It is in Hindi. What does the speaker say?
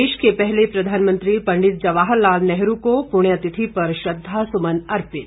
देश के पहले प्रधानमंत्री पंडित जवाहर लाल नेहरू को पुण्य तिथि पर श्रद्दासुमन अर्पित